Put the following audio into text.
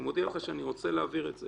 אני מודיע לך שאני רוצה להעביר את זה